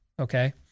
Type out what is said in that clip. okay